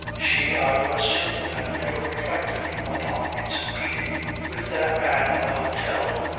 she, i was certain, had never reflected upon its meaning. with that man in the hotel,